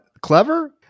clever